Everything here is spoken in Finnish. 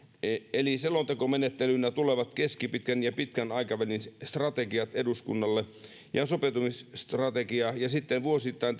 eli selontekomenettelynä tulevat keskipitkän ja pitkän aikavälin strategiat eduskunnalle ja sopeutumisstrategian ja sitten vuosittain